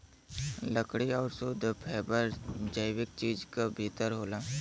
लकड़ी आउर शुद्ध फैबर जैविक चीज क भितर होला